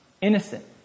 Innocent